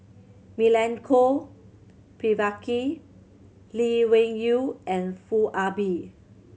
Milenko Prvacki Lee Wung Yew and Foo Ah Bee